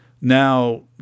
now